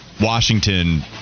washington